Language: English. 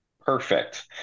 perfect